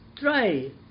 try